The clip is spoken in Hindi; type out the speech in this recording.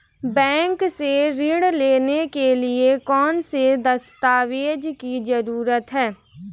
बैंक से ऋण लेने के लिए कौन से दस्तावेज की जरूरत है?